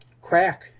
crack